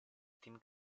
team